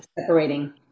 separating